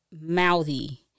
mouthy